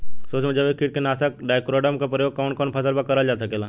सुक्ष्म जैविक कीट नाशक ट्राइकोडर्मा क प्रयोग कवन कवन फसल पर करल जा सकेला?